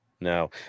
No